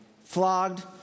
flogged